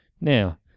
Now